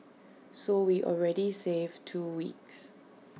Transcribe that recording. so we already save two weeks